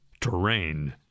terrain